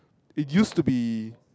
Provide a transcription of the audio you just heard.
it used to be